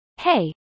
hey